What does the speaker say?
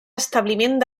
establiment